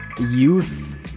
youth